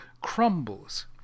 crumbles